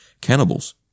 cannibals